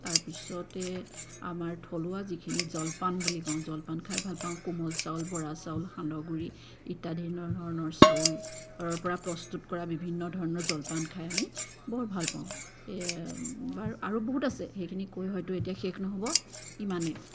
তাৰপিছতে আমাৰ থলুৱা যিখিনি জলপান বুলি কওঁ জলপান খাই ভাল পাওঁ কোমল চাউল বৰা চাউল সান্দহ গুড়ি ইত্যদি এনেধৰণৰ চাউলৰ পৰা প্ৰস্তুত কৰা বিভিন্ন ধৰণৰ জলপান খাই আমি বৰ ভাল পাওঁ বাৰু আৰু বহুত আছে সেইখিনি কৈ হয়তো এতিয়া শেষ নহ'ব ইমানেই